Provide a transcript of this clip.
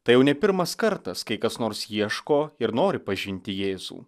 tai jau ne pirmas kartas kai kas nors ieško ir nori pažinti jėzų